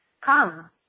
come